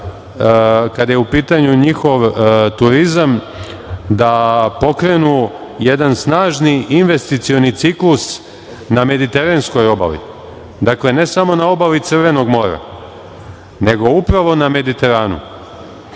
kada je u pitanju njihov turizam, da pokrenu jedan snažni investicioni ciklus na mediteranskoj obali, dakle, ne samo na obali Crvenog mora, nego upravo na Mediteranu. To